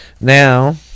now